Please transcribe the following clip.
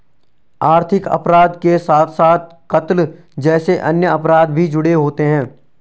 आर्थिक अपराध के साथ साथ कत्ल जैसे अन्य अपराध भी जुड़े होते हैं